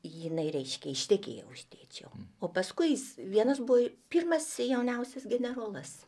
jinai reiškia ištekėjo už tėčio o paskui jis vienas buvo pirmas jauniausias generolas